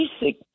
basic